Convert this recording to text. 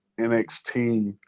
NXT